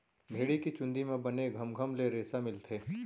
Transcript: भेड़ी के चूंदी म बने घमघम ले रेसा मिलथे